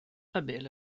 abel